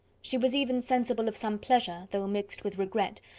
she was even sensible of some pleasure, though mixed with regret,